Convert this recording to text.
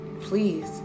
please